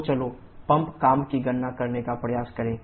तो चलो पंप काम की गणना करने का प्रयास करें